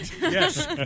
Yes